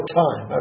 time